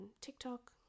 TikTok